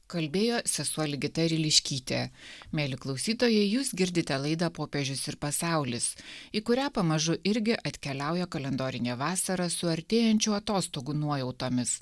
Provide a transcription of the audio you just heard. kalbėjo sesuo ligita riliškytė mieli klausytojai jūs girdite laidą popiežius ir pasaulis į kurią pamažu irgi atkeliauja kalendorinė vasara su artėjančių atostogų nuojautomis